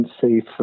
safe